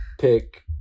pick